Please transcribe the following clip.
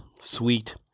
sweet